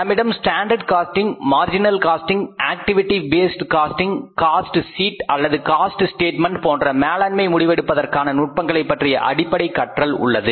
நம்மிடம் standard costing marginal costing activity based costing cost sheet அல்லது cost statement போன்ற மேலாண்மை முடிவெடுப்பதற்கான நுட்பங்களை பற்றிய அடிப்படை கற்றல் உள்ளது